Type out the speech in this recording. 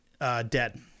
dead